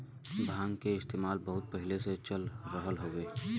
भांग क इस्तेमाल बहुत पहिले से चल रहल हउवे